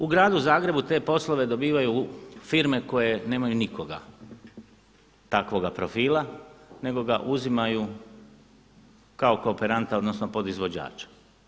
U gradu Zagrebu te poslove dobivaju firme koje nemaju nikoga takvoga profila, nego ga uzimaju kao kooperanta, odnosno podizvođača.